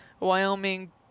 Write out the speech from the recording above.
wyoming